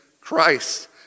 Christ